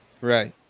Right